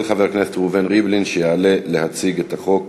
של חבר הכנסת ראובן ריבלין, שיעלה להציג את החוק.